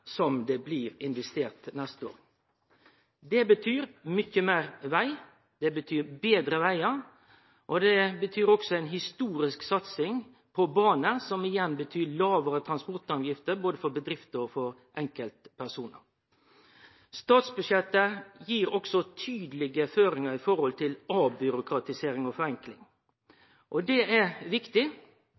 som det blir investert neste år. Det betyr mykje meir veg, det betyr betre vegar, og det betyr også ei historisk satsing på bane, som igjen betyr lågare transportutgifter for både bedrifter og enkeltpersonar. Statsbudsjettet gir også tydelege føringar for avbyråkratisering og forenkling, og det er viktig